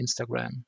Instagram